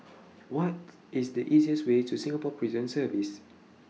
What IS The easiest Way to Singapore Prison Service